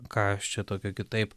kas aš čia tokio kitaip